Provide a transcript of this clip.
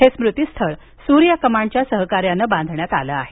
हे स्मृतीस्थळ सूर्य कमांडच्या सहकार्यानं बांधण्यात आलं आहे